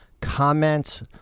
comments